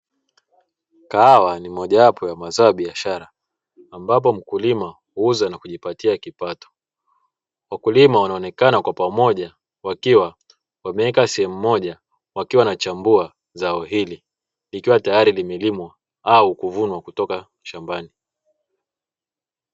Kahawa ni mojawapo ya mazao ya biashara, ambapo mkulima huuza na kujipatia kipato. Wakulima wanaonekana kwa pamoja, wakiwa wameweka sehemu moja, wakiwa wanachambua zao hili likiwa tayari limelimwa au kuvunwa kutoka shambani.